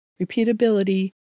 repeatability